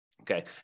okay